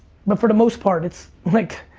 but for the most part it's like,